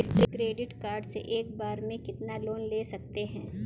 Credit card से एक बार में कितना लोन ले सकते हैं?